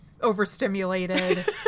overstimulated